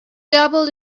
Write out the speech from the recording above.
dabbled